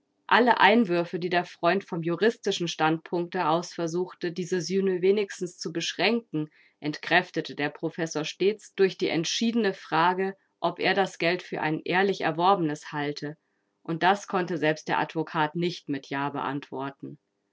alle einwürfe die der freund vom juristischen standpunkte aus versuchte diese sühne wenigstens zu beschränken entkräftete der professor stets durch die entschiedene frage ob er das geld für ein ehrlich erworbenes halte und das konnte selbst der advokat nicht mit ja beantworten